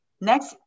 Next